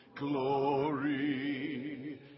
Glory